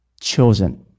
chosen